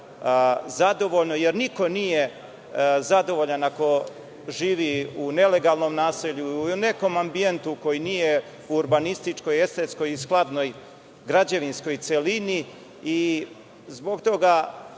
jer niko nije zadovoljan ako živi u nelegalnom naselju, u nekom ambijentu koji nije u urbanističkoj, estetskoj i skladnoj građevinskoj celini. Zbog toga